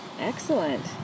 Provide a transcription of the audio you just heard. Excellent